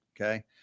Okay